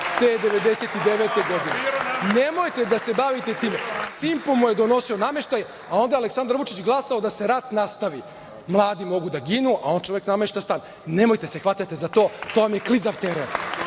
te 1999. godine. Nemojte da se bavite time. „Simpo“ mu je donosio nameštaj, a onda je Aleksandar Vučić glasao da se rat nastavi, mladi mogu da ginu, a on čovek namešta stan. Nemojte da se hvatate za to, to vam je klizav